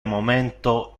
momento